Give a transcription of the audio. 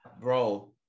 bro